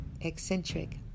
eccentric